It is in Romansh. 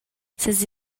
ses